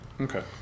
Okay